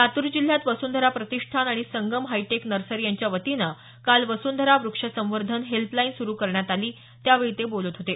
लातूर जिल्ह्यात वसुंधरा प्रतिष्ठान आणि Sangam hi-tech nursery यांच्या वतीनं काल वसुंधरा व्रक्ष संवर्धन हेल्पलाईन सुरू करण्यात आली त्यावेळी ते बोलत होते